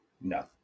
No